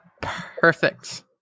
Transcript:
perfect